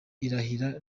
irahira